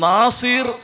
Nasir